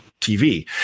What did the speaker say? TV